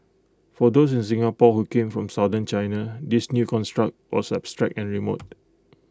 for those in Singapore who came from southern China this new construct was abstract and remote